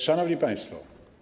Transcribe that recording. Szanowni Państwo!